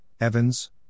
Evans